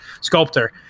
sculptor